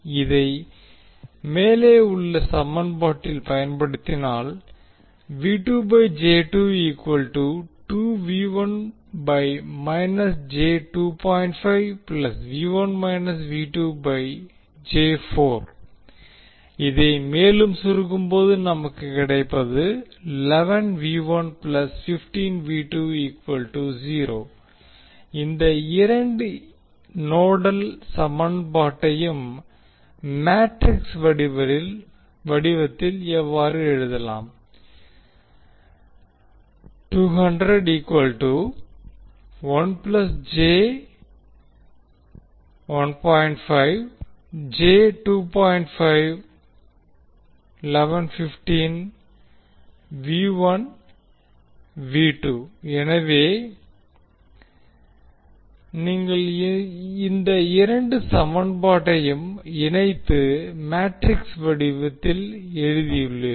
இதை மேலே உள்ள சமன்பாட்டில் பயன்படுத்தினால் மேலும் இதை சுருக்கும்போது நமக்கு கிடைப்பது இந்த இரண்டு நோடல் சமன்பாட்டையும் மேட்ரிக்ஸ் வடிவத்தில் இவ்வாறு எழுதலாம் எனவே இப்போது நீங்கள் இந்த இரண்டு சமன்பாட்டையும் இணைத்து மேட்ரிக்ஸ் வடிவத்தில் எழுதியுள்ளீர்கள்